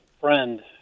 friend